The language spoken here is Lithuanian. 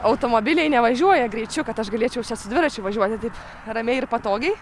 automobiliai nevažiuoja greičiu kad aš galėčiau čia su dviračiu važiuoti taip ramiai ir patogiai